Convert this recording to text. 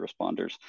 responders